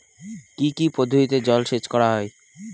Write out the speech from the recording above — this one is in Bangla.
কি কি পদ্ধতিতে জলসেচ করা হয়?